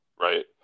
Right